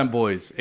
boys